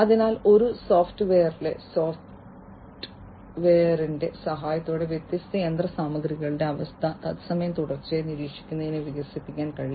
അതിനാൽ ഒരു സോഫ്റ്റ്വെയറിലെ സോഫ്റ്റ്വെയറിന്റെ സഹായത്തോടെ വ്യത്യസ്ത യന്ത്രസാമഗ്രികളുടെ അവസ്ഥ തത്സമയം തുടർച്ചയായി നിരീക്ഷിക്കുന്നതിനായി വികസിപ്പിക്കാൻ കഴിയും